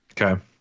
Okay